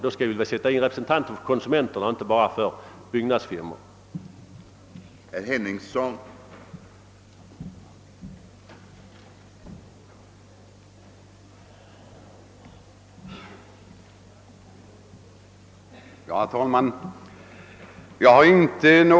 Vi skall alltså sätta in representanter för folket och inte bara för byggnadsfirmor i byggnadsoch fastighetsnämnderna.